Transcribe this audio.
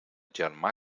germà